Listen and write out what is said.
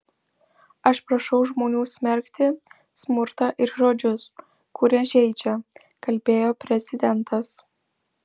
aš prašau žmonių smerkti smurtą ir žodžius kurie žeidžia kalbėjo prezidentas